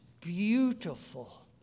beautiful